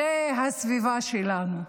זו הסביבה שלנו.